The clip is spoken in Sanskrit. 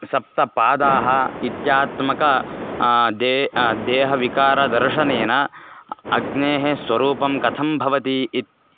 सप्तपादाः इत्यात्मकं दे देहविकारदर्शनेन अ अग्नेः स्वरूपं कथं भवति इति